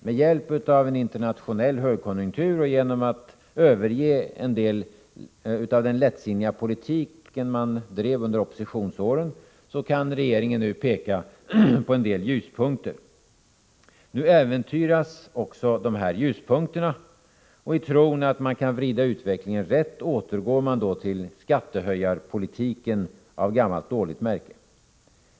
Med hjälp av en internationell högkonjunktur och genom att överge en del av den lättsinniga politiken från oppositionsåren kan regeringen i dag peka på en del ljuspunkter. Nu äventyras också dessa ljuspunkter. I tron att man kan vrida utvecklingen rätt återgår regeringen då till skattehöjarpolitiken av gammalt dåligt märke.